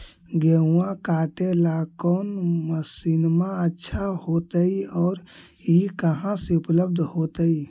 गेहुआ काटेला कौन मशीनमा अच्छा होतई और ई कहा से उपल्ब्ध होतई?